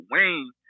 Wayne